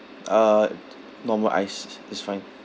uh normal ice is fine